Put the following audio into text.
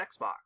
xbox